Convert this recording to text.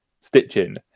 stitching